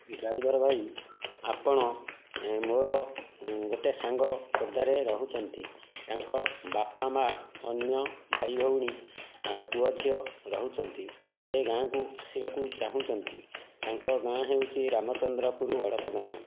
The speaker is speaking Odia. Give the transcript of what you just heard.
ଡ୍ରାଇଭର ଭାଇ ଆପଣ ମୋର ଗୋଟେ ସାଙ୍ଗ ଖୋର୍ଦ୍ଧାରେ ରହୁଛନ୍ତି ତାଙ୍କ ବାପା ମାଆ ଅନ୍ୟ ଭାଇ ଭଉଣୀ ଆଉ ପୁଅ ଝିଅ ରହୁଛନ୍ତି ସେ ଗାଁକୁ ଆସିବାକୁ ଚାହୁଁଛନ୍ତି ତାଙ୍କ ଗାଁ ହେଉଛି ରାମଚନ୍ଦ୍ରପୁର ଗଡ଼ପଦନା